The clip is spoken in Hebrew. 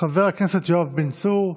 חבר הכנסת יואב בן צור,